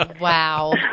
Wow